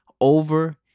over